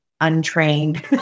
untrained